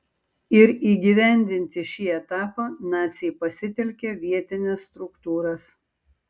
ir įgyvendinti šį etapą naciai pasitelkė vietines struktūras